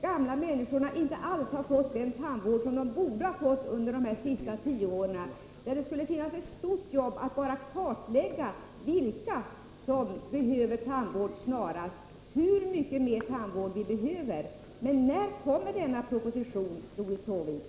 Gamla människor har inte alls fått den tandvård som de borde ha fått under de senaste tio åren, och det skulle vara ett stort jobb enbart att kartlägga vilka som behöver tandvård snarast, hur mycket mer tandvård som vi behöver. När kommer propositionen, Doris Håvik?